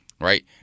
right